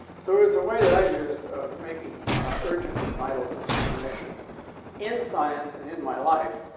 so it's a way that i used of making urgent and vital discrimination in science and in my life,